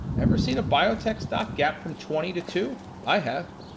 ever seen a biotech stock gap from twenty to two? i have.